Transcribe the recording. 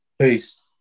Peace